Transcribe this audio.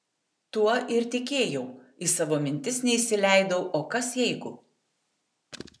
tuo ir tikėjau į savo mintis neįsileidau o kas jeigu